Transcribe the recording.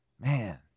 Man